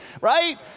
right